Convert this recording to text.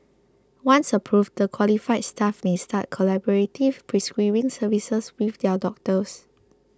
once approved the qualified staff may start collaborative prescribing services with their doctors